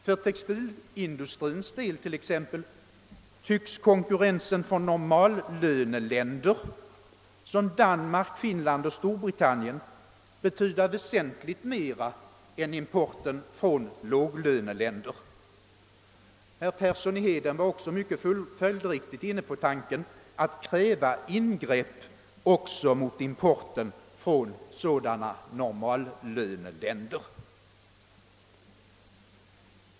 För textilindustrins del tycks konkurrensen från normallöneländer som Danmark, Finland och Storbritannien betyda väsentligt mera än importen från låglöneländerna. Herr Persson i Heden var också mycket följdriktigt inne på tanken att pröva ingrepp också mot importen från sådana normallöneländer.